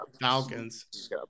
Falcons